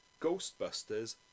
ghostbusters